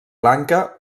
lanka